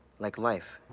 like life,